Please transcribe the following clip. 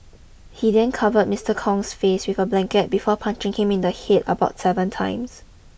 he then covered Mister Kong's face with a blanket before punching him in the hit about seven times